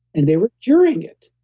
and they were curing it.